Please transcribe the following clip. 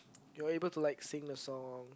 you are able to like sing the song